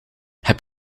heb